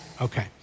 Okay